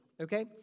okay